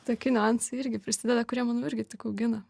tokie niuansai irgi prisideda kurie manau irgi tik augina